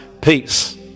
peace